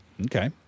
Okay